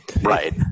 right